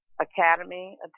academy